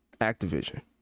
Activision